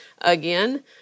again